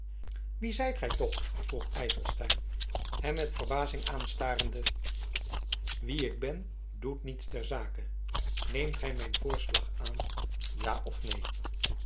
wie zijt gij toch vroeg ijselstein hem met verbazing aanstarende wie ik ben doet niets ter zake neemt gij mijn voorslag aan ja of neen